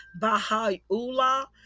Baha'u'llah